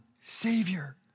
Savior